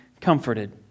comforted